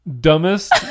dumbest